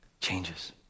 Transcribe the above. changes